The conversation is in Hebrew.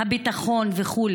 הביטחון וכו'